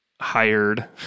hired